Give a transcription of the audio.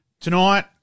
Tonight